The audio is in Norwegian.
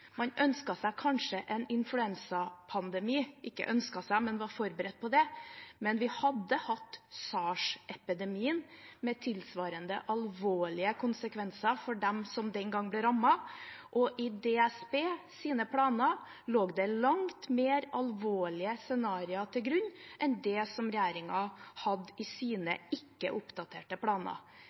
Man forberedte seg kanskje på en influensapandemi, men vi hadde hatt SARS-epidemien med tilsvarende alvorlige konsekvenser for dem som den gang ble rammet. I DSBs planer lå det langt mer alvorlige scenarioer til grunn enn det som regjeringen hadde i sine ikke oppdaterte planer.